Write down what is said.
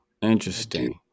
interesting